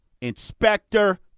inspector